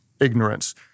ignorance